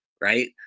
Right